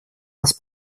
нас